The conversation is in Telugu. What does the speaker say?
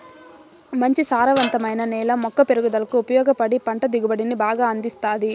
మంచి సారవంతమైన నేల మొక్క పెరుగుదలకు ఉపయోగపడి పంట దిగుబడిని బాగా అందిస్తాది